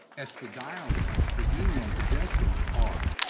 estradiol is pregnenolone, progesterone are.